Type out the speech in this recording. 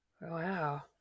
wow